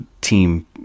team